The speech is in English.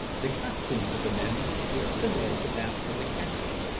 the costumes of the men were similar to that of the captain.